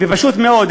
ופשוט מאוד,